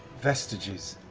vestiges,